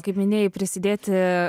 kaip minėjai prisidėti